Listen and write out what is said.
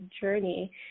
journey